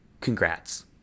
congrats